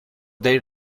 their